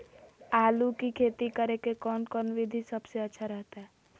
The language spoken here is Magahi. आलू की खेती करें के कौन कौन विधि सबसे अच्छा रहतय?